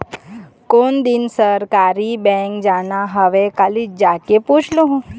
कोन दिन सहकारी बेंक जाना हवय, कालीच जाके पूछ लूहूँ